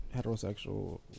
heterosexual